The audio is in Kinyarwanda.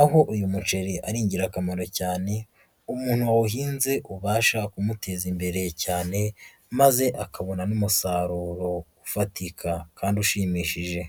aho uyu muceri ari ingirakamaro cyane umunwa wahinze ubasha kumuteza imbere cyane, maze akabona n'umusaruro ufatika kandi ushimishije.